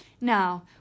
Now